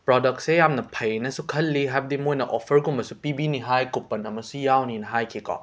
ꯄ꯭ꯔꯣꯗꯛꯁꯦ ꯌꯥꯝꯅ ꯐꯩꯅꯁꯨ ꯈꯜꯂꯤ ꯍꯥꯏꯕꯗꯤ ꯃꯣꯏꯅ ꯑꯣꯐꯔꯒꯨꯝꯕꯁꯨ ꯄꯤꯕꯤꯅꯤ ꯍꯥꯏ ꯀꯨꯄꯟ ꯑꯃꯁꯨ ꯌꯥꯎꯅꯤꯅ ꯍꯥꯏꯈꯤꯀꯣ